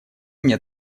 мне